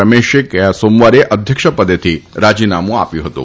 રમેશે ગયા સોમવારે અધ્યક્ષ પદેથી રાજીનામું આપ્યું હતું